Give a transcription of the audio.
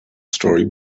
story